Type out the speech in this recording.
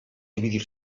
dividir